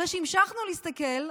אחרי שהמשכנו להסתכל,